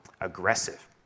aggressive